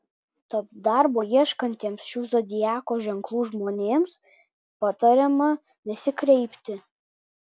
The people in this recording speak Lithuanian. tad darbo ieškantiems šių zodiako ženklų žmonėms patariama nesikreipti